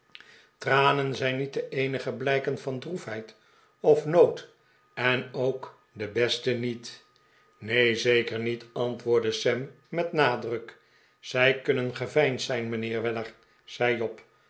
tranen zijn niet de eenige blijken van droefheid of nood en ook de beste niet neen zeker niet antwoordde sam met nadruk zij kunnen geveinsd zijn mijnheer weller zei job